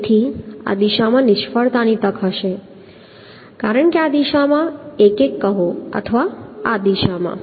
તેથી આ દિશામાં નિષ્ફળતાની તક હશે કારણ કે આ દિશામાં 1 1 કહો અથવા આ દિશામાં